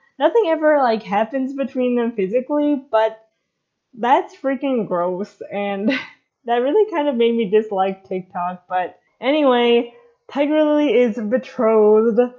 nothing ever like happens between them physically, but that's freaking gross. and that really kind of made me dislike tick tock, but anyway tiger lily is betrothed,